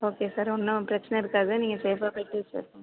okay sir ஒன்றும் பிரச்சனை இருக்காது நீங்கள் சேஃபாக போய்ட்டு சேஃபாக